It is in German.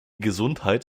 gesundheit